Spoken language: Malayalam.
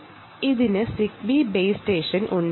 ഇതിനൊരു സിഗ്ബി ബേസ് സ്റ്റേഷനും ഒരു UART ഉം ഉണ്ട്